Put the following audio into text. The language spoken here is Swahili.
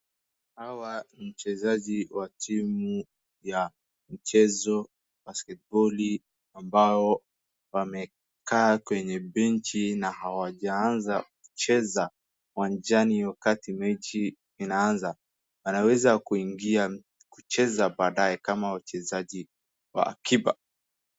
Hawa wachezaji wa timu ya mchezo basketboli ambao wamekaa kwenye benchi na hawajaanza kucheza uwanjani wakati mechi inaanza. Wanaweza kuingia kucheza baadaye kama wachezaji wa akiba.